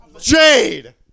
Jade